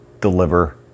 deliver